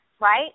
right